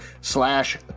slash